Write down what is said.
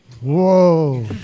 Whoa